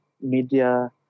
media